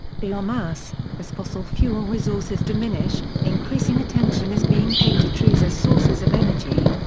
biomass as fossil fuel resources diminish, increasing attention is being paid to trees as sources of energy.